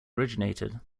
originated